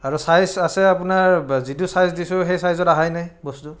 আৰু ছাইজ আছে আপোনাৰ যিটো ছাইজ দিছোঁ সেই ছাইজত অহাই নাই বস্তু